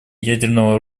ядерного